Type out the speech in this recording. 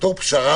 כפשרה